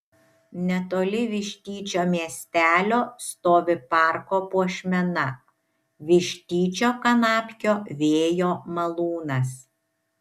netoli vištyčio miestelio stovi parko puošmena vištyčio kanapkio vėjo malūnas